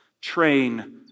train